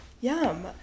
Yum